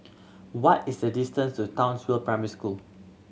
what is the distance to Townsville Primary School